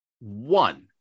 one